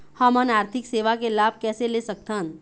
हमन आरथिक सेवा के लाभ कैसे ले सकथन?